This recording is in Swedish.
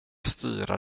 styra